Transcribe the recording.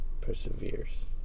perseveres